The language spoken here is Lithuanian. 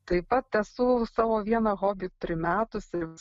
taip pat esu savo vieną hobį primetusi